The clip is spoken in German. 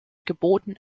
geboten